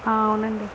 ఆ అవునండి